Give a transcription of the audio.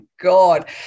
god